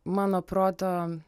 mano proto